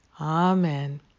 amen